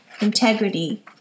integrity